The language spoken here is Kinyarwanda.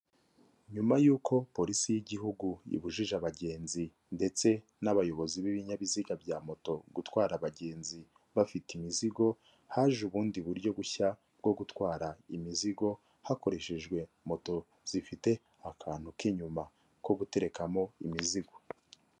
Nyuma y'uko polisi y'igihugu ibujije abagenzi ndetse n'abayobozi b'ibinyabiziga bya moto gutwara abagenzi bafite imizigo, haje ubundi buryo bushya bwo gutwara imizigo hakoreshejwe moto zifite akantu k'inyuma ko guterekamo imizigo.